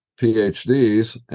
PhDs